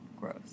Gross